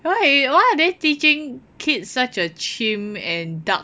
why why are they teaching kids such a chim and dark